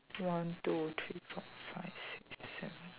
one two three four five six seven